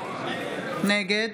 נגד